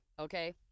okay